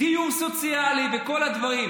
דיור סוציאלי וכל הדברים.